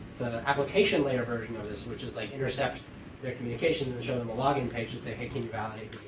application layer version of this, which is like intercept their communications and show them a login page, you say, hey, can you validate